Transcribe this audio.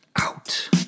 out